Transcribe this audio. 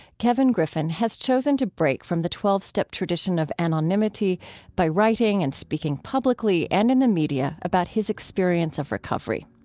kevin griffin has chosen to break from the twelve step tradition of anonymity by writing and speaking publicly and in the media about his experience of recovery.